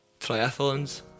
triathlons